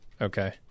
Okay